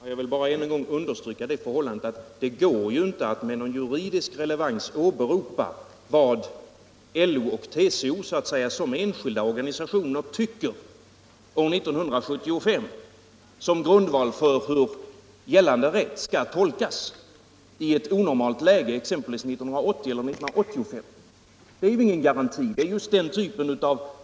Herr talman! Jag vill än en gång understryka det förhållandet att det inte med någon juridisk relevans går att åberopa vad LO och TCO som enskilda organisationer tycker år 1975 som grundval för hur gällande rätt skall tolkas i ett onormalt läge, exempelvis år 1980 eller 1985. En sådan tolkning är ju ingen garanti.